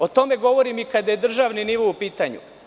O tome govorim i kada je držani nivo u pitanju.